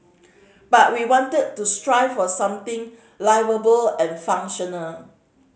but we wanted to strive for something liveable and functional